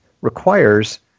requires